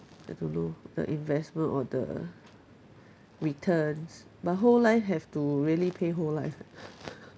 I don't know the investment or the returns but whole life have to really pay whole life eh